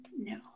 No